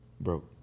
Broke